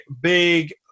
big